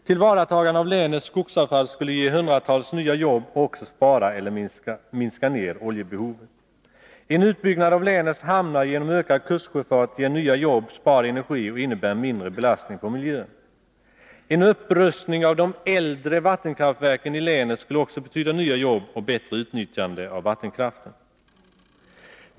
Tillvaratagande av länets skogsavfall skulle ge hundratals nya jobb och också spara energi och minska ner på oljebehovet. En utbyggnad av länets hamnar genom ökad kustsjöfart ger nya jobb, spar energi och innebär mindre belastning på miljön. En upprustning av de äldre vattenkraftverken i länet skulle också betyda nya jobb och bättre utnyttjande av vattenkraften.